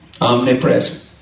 omnipresent